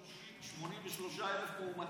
שים מסכה.